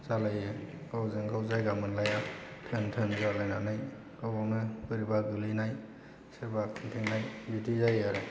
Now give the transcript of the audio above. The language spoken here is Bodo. जालायो गावजों गाव जायगा मोनलाया थोन थोन जालायनानै गाव गावनो बोरैबा गोलैनाय सोरबा खुन्थेंनाय बिदि जायो आरो